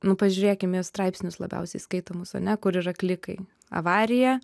nu pažiūrėkim į straipsnius labiausiai skaitomus ane kur yra klikai avarija